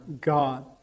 God